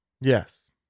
yes